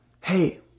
hey